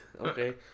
Okay